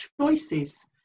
choices